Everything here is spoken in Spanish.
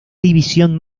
división